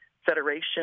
Federation